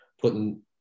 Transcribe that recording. putting